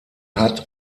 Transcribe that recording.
hat